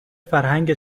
فرهنگ